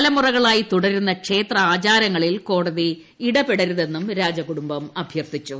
തലമുറകളായി തുടരുന്ന ക്ഷേത്ര ആചാരങ്ങളിൽ കോടതി ഇടപെടരുതെന്നും രാജകുടുംബം അഭ്യർത്ഥിച്ചു